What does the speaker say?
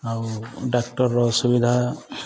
ଆଉ ଡାକ୍ଟରର ଅସୁବିଧା